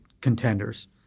contenders